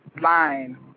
line